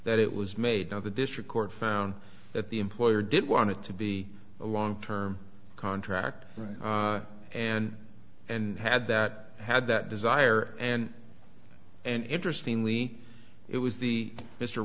that it was made on the district court found that the employer did want it to be a long term contract and and had that had that desire and and interestingly it was the mr